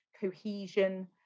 cohesion